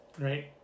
right